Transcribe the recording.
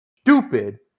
stupid